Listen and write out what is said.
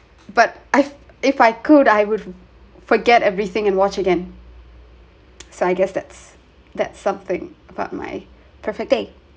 if I could I would forget everything and watch again so I guess that's that's something but my perfect day